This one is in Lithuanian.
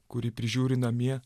kurį prižiūri namie